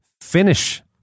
finish